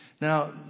Now